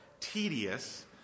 tedious